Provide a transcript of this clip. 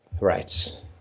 Right